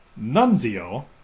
Nunzio